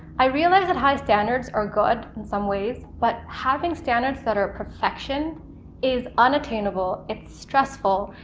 i realized that high standards are good in some ways, but having standards that are perfection is unattainable. it's stressful,